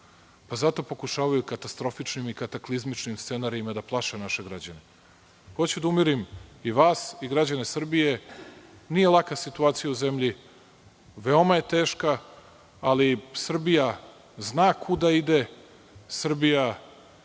Pa zato pokušavaju katastrofičnim i kataklizmičnim scenarijima da plaše naše građane. Hoću da umirim i građane Srbije, nije laka situacija u zemlji, veoma je teška ali Srbija zna kuda ide, Srbija